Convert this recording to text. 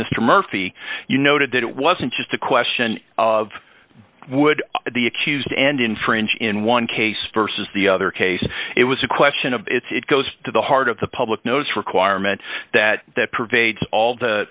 mr murphy you noted that it wasn't just a question of would the accused and infringe in one case versus the other case it was a question of it's it goes to the heart of the public knows requirement that that pervades all the